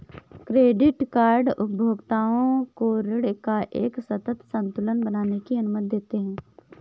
credit card उपभोक्ताओं को ऋण का एक सतत संतुलन बनाने की अनुमति देते हैं